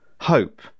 Hope